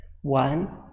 One